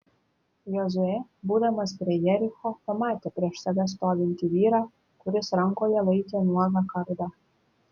jozuė būdamas prie jericho pamatė prieš save stovintį vyrą kuris rankoje laikė nuogą kardą